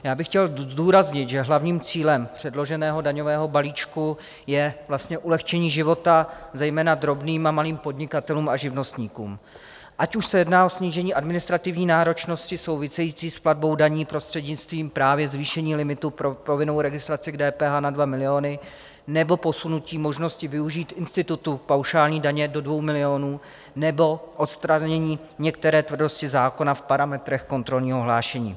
Já bych chtěl zdůraznit, že hlavním cílem předloženého daňového balíčku je vlastně ulehčení života zejména drobným a malým podnikatelům a živnostníkům, ať už se jedná o snížení administrativní náročnosti související s platbou daní právě prostřednictvím zvýšení limitu pro povinnou registraci k DPH na 2 miliony nebo posunutí možnosti využít institutu paušální daně do 2 milionů nebo odstranění některé tvrdosti zákona v parametrech kontrolního hlášení.